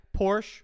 Porsche